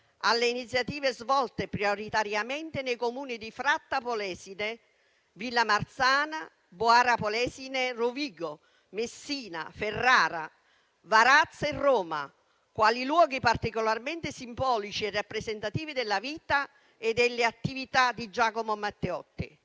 alle iniziative svolte prioritariamente nei Comuni di Fratta Polesine, Villamarzana, Boara Polesine, Rovigo, Messina, Ferrara, Varazze e Roma, quali luoghi particolarmente simbolici e rappresentativi della vita e delle attività di Giacomo Matteotti.